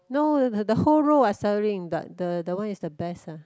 no the the whole row are selling that the the one is the best ah